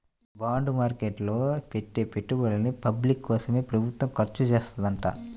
bond market లో పెట్టే పెట్టుబడుల్ని పబ్లిక్ కోసమే ప్రభుత్వం ఖర్చుచేత్తదంట